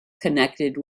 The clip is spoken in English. connected